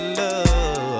love